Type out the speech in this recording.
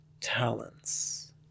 Talents